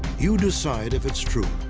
you decide if it's true.